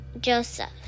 Joseph